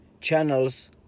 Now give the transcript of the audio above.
channels